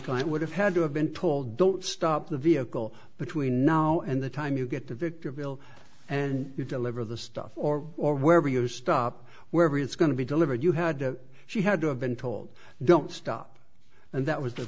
would have had to have been told don't stop the vehicle between now and the time you get to victor bill and you deliver the stuff or or wherever you stop wherever it's going to be delivered you had to she had to have been told don't stop and that was the